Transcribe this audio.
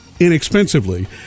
inexpensively